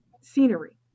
scenery